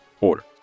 order